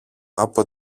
από